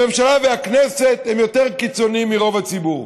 הממשלה והכנסת הן יותר קיצוניות מרוב הציבור.